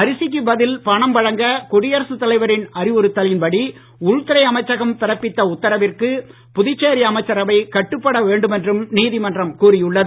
அரிசுக்கு பதில் பணம் வழங்க குடியரசுத் தலைவரின் அறிவுறுத்தலின்படி உள்துறை அமைச்சகம் பிறப்பித்த உத்தரவிற்கு புதுச்சேரி அமைச்சரவை கட்டுப்பட வேண்டும் என்றும் நீதிமன்றம் கூறியுள்ளது